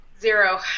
zero